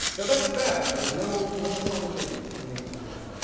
now, that's bad. there's no no apology from me on that.